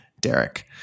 Derek